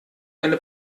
eine